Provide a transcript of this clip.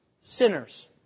sinners